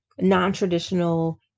non-traditional